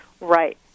Right